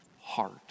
heart